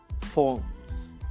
forms